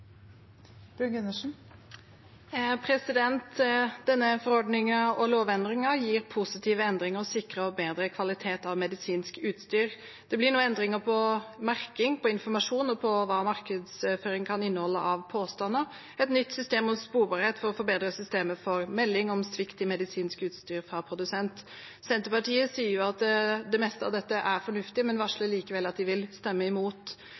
Denne forordningen og lovendringen gir positive endringer og sikrer bedre kvalitet på medisinsk utstyr. Det blir nå endringer når det gjelder merking, informasjon og hva markedsføring kan inneholde av påstander, og det blir et nytt system for sporbarhet for å forbedre systemet for melding om svikt i medisinsk utstyr fra produsent. Senterpartiet sier at det meste av dette er fornuftig, men varsler likevel at de vil stemme imot.